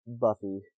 Buffy